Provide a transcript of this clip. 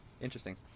Interesting